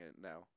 now